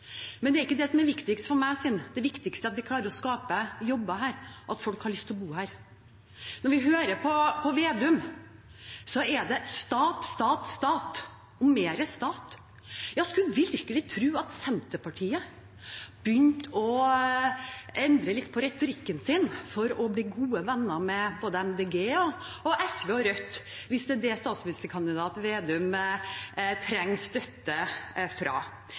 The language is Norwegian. Men det er ikke det som er viktigst for meg, sa han. Det viktigste er at vi klarer å skape jobber, at folk har lyst til å bo her. Når vi hører på Slagsvold Vedum, er det stat, stat, stat og mer stat. Man skulle virkelig tro at Senterpartiet har begynt å endre litt på retorikken sin for å bli gode venner med både MDG, SV og Rødt – hvis det er dem statsministerkandidat Slagsvold Vedum trenger støtte fra.